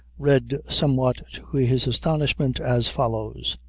read, somewhat to his astonishment, as follows